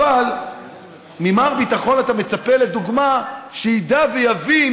אבל ממר ביטחון אתה מצפה, לדוגמה, שידע ויבין